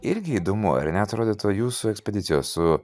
irgi įdomu ar ne atrodytų jūsų ekspedicija su